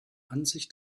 ansicht